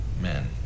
men